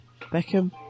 Beckham